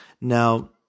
Now